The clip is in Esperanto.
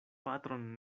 patron